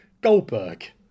Goldberg